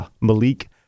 Malik